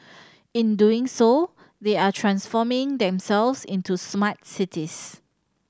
in doing so they are transforming themselves into smart cities